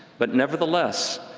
but nevertheless,